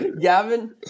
Gavin